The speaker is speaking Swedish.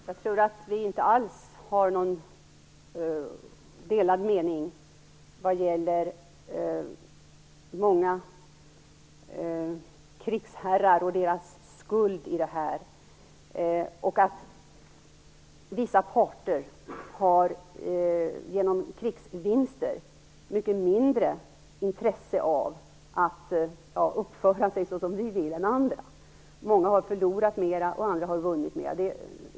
Herr talman! Jag tror inte alls att vi har delade meningar vad gäller många krigsherrar och deras skuld i det här, och inte heller när det gäller att vissa parter genom krigsvinster har mycket mindre intresse av att uppföra sig som vi vill än andra. Många har förlorat mer och andra har vunnit mer.